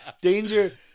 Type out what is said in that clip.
Danger